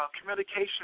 Communication